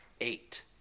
Eight